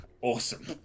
Awesome